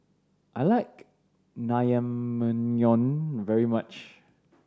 I like Naengmyeon very much